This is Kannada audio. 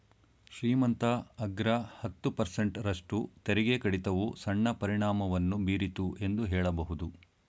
ಶ್ರೀಮಂತ ಅಗ್ರ ಹತ್ತು ಪರ್ಸೆಂಟ್ ರಷ್ಟು ತೆರಿಗೆ ಕಡಿತವು ಸಣ್ಣ ಪರಿಣಾಮವನ್ನು ಬೀರಿತು ಎಂದು ಹೇಳಬಹುದು